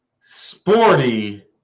sporty